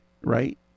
right